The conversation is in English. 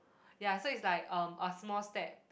ya so it's like um a small step